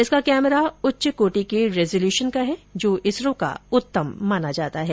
इसका कैमरा उच्च कोटि के रैजोल्यूशन का है जो इसरो का उत्तम माना जाता है